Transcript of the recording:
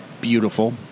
beautiful